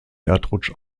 erdrutsch